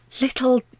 little